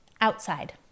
outside